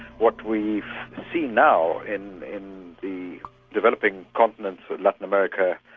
what we see now in in the developing continents of latin-america,